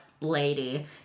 lady